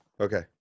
okay